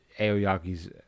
Aoyagi's